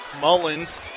Mullins